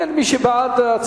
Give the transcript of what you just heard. את הנושא לוועדת